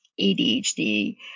ADHD